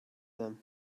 them